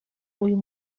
uyu